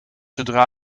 zodra